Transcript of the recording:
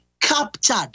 captured